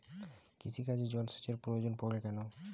কৃষিকাজে জলসেচের প্রয়োজন পড়ে কেন?